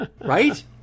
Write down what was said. Right